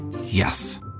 Yes